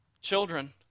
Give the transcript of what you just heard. Children